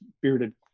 bearded